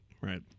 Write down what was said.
Right